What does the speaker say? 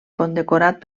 condecorat